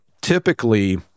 typically